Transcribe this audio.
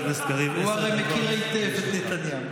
הוא הרי מכיר היטב את נתניהו.